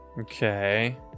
Okay